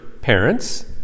parents